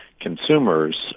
Consumers